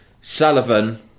Sullivan